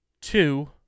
Two